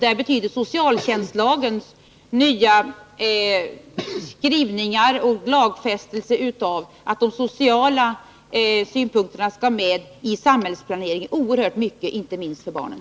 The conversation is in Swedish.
Den nya socialtjänstlagens skrivningar och lagfästandet av att de sociala synpunkterna skall vara med i samhällsplaneringen betyder här oerhört mycket, inte minst för barnen.